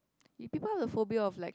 you people have a phobia of like